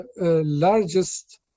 largest